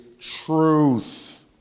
truth